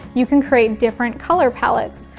you can create different color palettes.